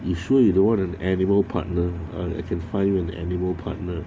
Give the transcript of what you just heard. you sure you don't want an animal partner I I can find you an animal partner